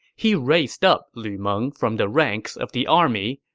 he raised up lu meng from the ranks of the army,